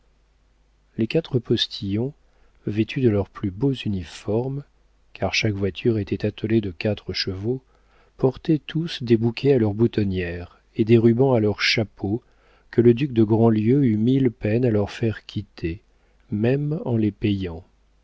les quatre postillons vêtus de leurs plus beaux uniformes car chaque voiture était attelée de quatre chevaux portaient tous des bouquets à leur boutonnière et des rubans à leurs chapeaux que le duc de grandlieu eut mille peines à leur faire quitter même en les payant